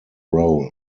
role